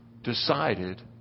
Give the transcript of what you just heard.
Decided